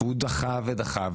הוא דחה ודחה,